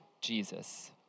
Jesus